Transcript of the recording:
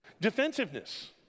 Defensiveness